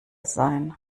sein